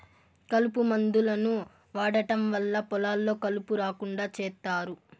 కలుపు మందులను వాడటం వల్ల పొలాల్లో కలుపు రాకుండా చేత్తారు